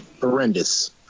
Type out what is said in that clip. Horrendous